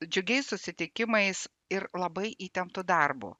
džiugiais susitikimais ir labai įtemptu darbu